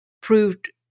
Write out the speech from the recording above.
proved